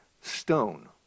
stone